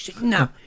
No